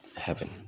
heaven